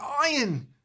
iron